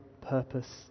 purpose